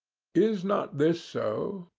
is not this so?